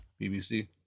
bbc